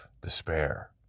despair